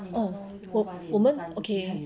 oh 我我们 okay